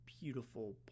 beautiful